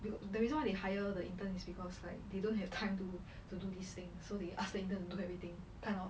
the the reason they hire the intern is because like they don't have time to to do this thing so they ask the intern to do everything kind of